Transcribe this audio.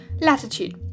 Latitude